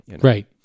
Right